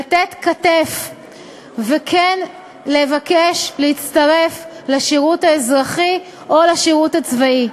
לתת כתף וכן לבקש להצטרף לשירות האזרחי או לשירות הצבאי.